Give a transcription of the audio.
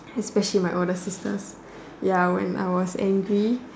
especially my older sisters ya when I was angry